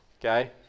okay